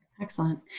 Excellent